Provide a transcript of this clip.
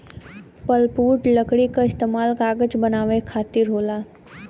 pulpwood लकड़ी क इस्तेमाल कागज बनावे खातिर होला